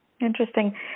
Interesting